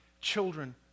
children